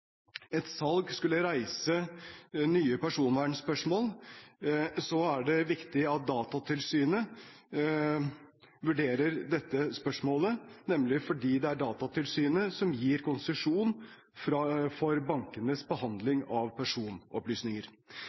et salg skulle reise nye personvernspørsmål, er det viktig at Datatilsynet vurderer dette spørsmålet, nemlig fordi det er Datatilsynet som gir konsesjon for bankenes behandling av personopplysninger.